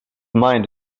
mind